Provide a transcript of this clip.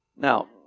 Now